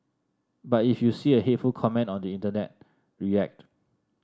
but if you see a hateful comment on the internet react